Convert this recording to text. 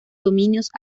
dominios